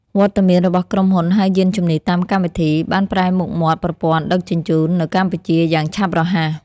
វត្តមានរបស់ក្រុមហ៊ុនហៅយានជំនិះតាមកម្មវិធី បានប្រែមុខមាត់ប្រព័ន្ធដឹកជញ្ជូននៅកម្ពុជាយ៉ាងឆាប់រហ័ស។